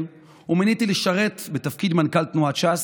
ומוניתי לשרת בתפקיד מנכ"ל תנועת ש"ס,